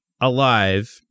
alive